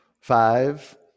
Five